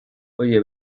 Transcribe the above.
oye